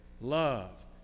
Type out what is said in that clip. love